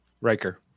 Riker